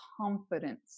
confidence